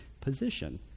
position